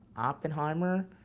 oppenheimer,